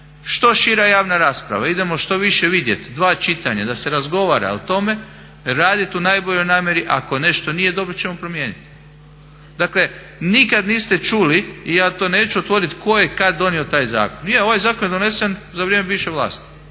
što šira javna rasprava, idemo što više vidjeti, dva čitanja, da se razgovara o tome raditi u najboljoj namjeri. Ako nešto nije dobro ćemo promijeniti. Dakle nikada niste čuli i ja to neću otvoriti tko je kada donio taj zakon, je ovaj zakon je donesen za vrijeme bivše vlasti,